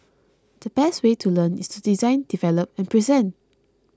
the best way to learn is to design develop and present